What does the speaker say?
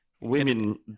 women